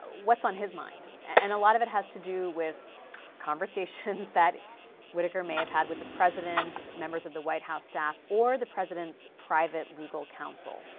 what's on his mind. and a lot of it has to do with conversations that whitaker may have had with the president, members of the white house staff or the president's private legal counsel.